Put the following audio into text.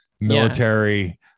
Military